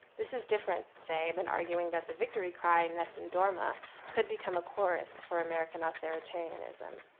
this is different say than arguing that the victory cry in nessen dorma could become a chorus for american authoritarianism.